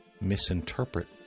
misinterpret